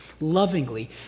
lovingly